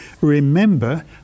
remember